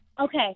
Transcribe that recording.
Okay